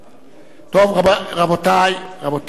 טוב, רבותי, רבותי, עכשיו,